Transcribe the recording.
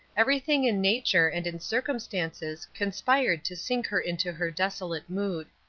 everything in nature and in circumstances conspired to sink her into her desolate mood.